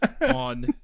on